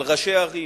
על ראשי ערים,